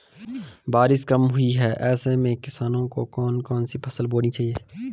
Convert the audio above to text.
बारिश कम हुई है ऐसे में किसानों को कौन कौन सी फसलें बोनी चाहिए?